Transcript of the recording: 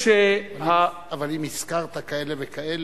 אבל אם הזכרת כאלה וכאלה,